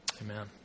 Amen